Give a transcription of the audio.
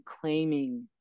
claiming